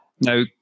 Now